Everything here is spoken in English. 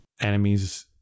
enemies